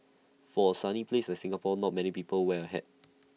for A sunny place like Singapore not many people wear A hat